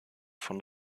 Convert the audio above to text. von